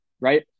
right